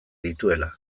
dituela